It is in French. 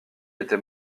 était